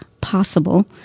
possible